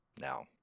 now